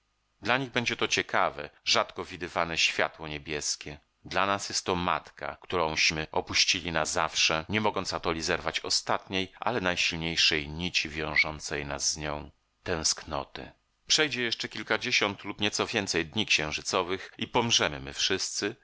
dla nich będzie to ciekawe rzadko widywane światło niebieskie dla nas jest to matka którąśmy opuścili nazawsze nie mogąc atoli zerwać ostatniej ale najsilniejszej nici wiążącej nas z nią tęsknoty przejdzie jeszcze kilkadziesiąt lub nieco więcej dni księżycowych i pomrzemy my wszyscy